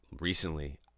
recently